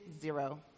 zero